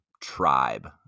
tribe